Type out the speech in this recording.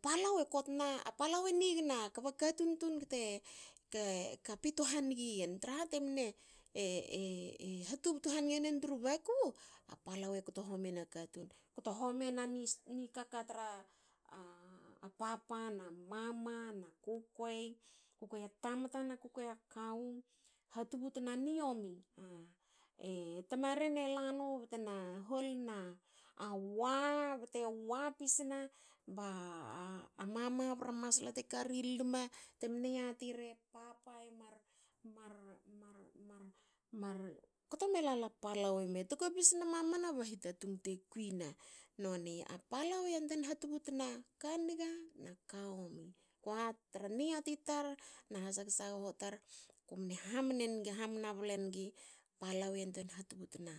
Palau e kotna. palau e nigna kba katun tun ke pito hanigiyen traha temne ha tubtu hanige nen tru baku. a palau e kto homi ena katun. Kto homi ena ni nikaka tra papa na mama na kukuei. kukuei a tamta na kukuei a kawu ha tubutna niomi. E tamaren elana btna hol na wa bte wa pisna ba mama bra masla te kari lma temne yati era papa e markto melala palau ime. ktopis nmamana ba hitatung te kuine nonia palau e e yantuein hatubtu sna ka niga na kaomi. Ko niati tar nu has hasoho tar. kumne hamna ble nigi palau eha tubtuna